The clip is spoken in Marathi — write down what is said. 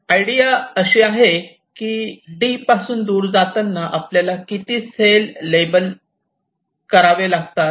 आयडिया असे आहे की D पासून दूर जाताना आपल्याला किती सेल लेबल करावे लागतात